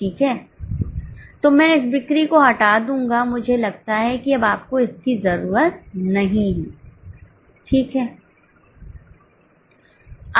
तो मैं इस बिक्री को हटा दूंगा मुझे लगता है कि अब आपकोइसकी जरूरत नहीं है ठीक है